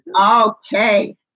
okay